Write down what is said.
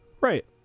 Right